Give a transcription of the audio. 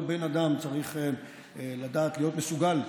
כל בן אדם צריך לדעת להיות מסוגל,